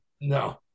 No